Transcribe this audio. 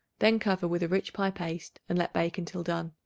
then cover with a rich pie-paste and let bake until done.